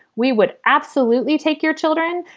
we would absolutely take your children.